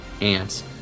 ants